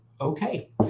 Okay